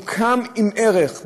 הוא קם עם ערך,